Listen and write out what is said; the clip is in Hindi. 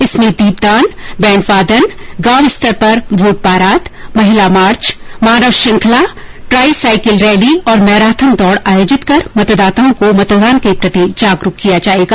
इसमें दीपदान बैंड वादन गांव स्तर पर वोट बारात महिला मार्च मानव श्रृंखला ट्राई साईकिल रैली और मैराथन दौड़ आयोजित कर मतदाओं को मतदान के प्रति जागरूक किया जाएगा